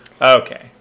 okay